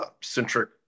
centric